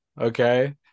okay